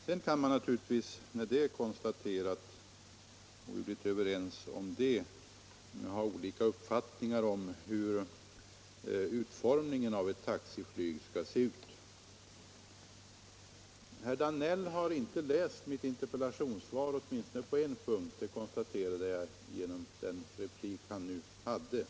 Sedan kan man naturligtvis ha olika uppfattningar om hur utformningen av ett taxiflyg skall vara. Jag kunde av herr Danells replik konstatera att herr Danell åtminstone på en punkt inte har läst mitt interpellationssvar.